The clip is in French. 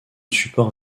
support